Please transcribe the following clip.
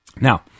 Now